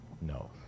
No